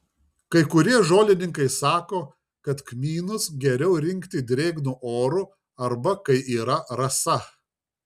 kai kurie žolininkai sako kad kmynus geriau rinkti drėgnu oru arba kai yra rasa